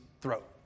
throat